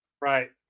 Right